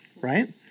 right